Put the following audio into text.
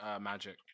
magic